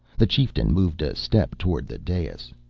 the chieftain moved a step toward the dais.